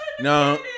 No